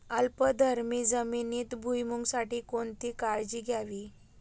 अल्कधर्मी जमिनीत भुईमूगासाठी कोणती काळजी घ्यावी?